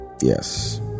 Yes